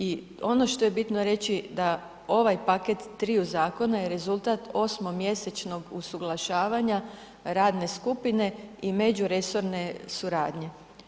I ono što je bitno reći da ovaj paket triju zakona je rezultat osmomjesečnog usuglašavanja radne skupine i međuresorne suradnje.